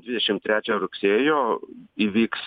dvidešim trečią rugsėjo įvyks